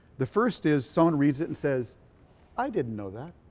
the first is someone reads it and says i didn't know that.